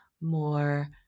more